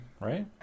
right